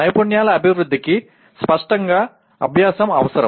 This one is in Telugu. నైపుణ్యాల అభివృద్ధికి స్పష్టంగా అభ్యాసం అవసరం